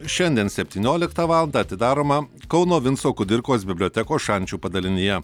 šiandien septynioliktą valandą atidaroma kauno vinco kudirkos bibliotekos šančių padalinyje